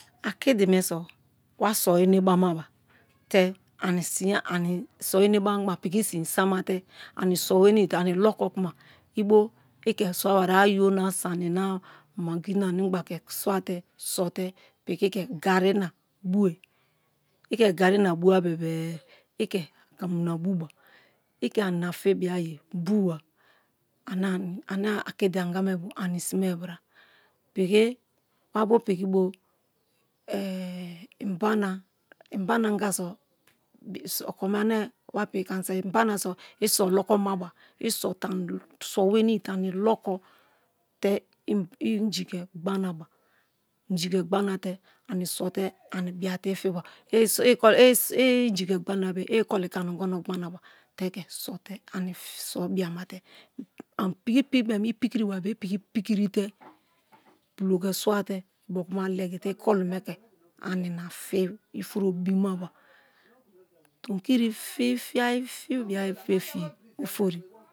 Akidi me so wa so enebama bate so enebama kuma piki si sama te sowenii te ani loko kuma i ke sowariye ayo na sani na maggi na animgba ke swate so te piki ke garri na bue ike garri na bua bebe-e i ke akamu na buba i ke ani na fabiaye buwa ane akidi angame bo ani sime bra piki, wa bo piki bo inbana, inbana anga so okome wapiki ke ani soi inbana so i so lokomaba so weni te ani loko te i inji ke gbanaba, inji ke gbana te ani sote ani bia te ifiba i inji ke gbana-a be-e i ikoli ke gbanaba te ke sote so biama te piki i bem ipikiriwa bere piki pikiri te pulo ke swate ani na fi ifuro bimabo. Tomi kiri fibia fiye ofori.